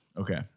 Okay